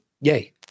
Yay